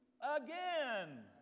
again